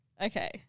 Okay